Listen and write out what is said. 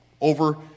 over